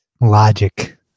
logic